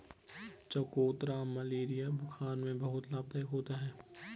चकोतरा मलेरिया बुखार में बहुत लाभदायक होता है